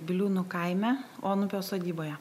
biliūnų kaime onupio sodyboje